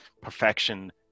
perfection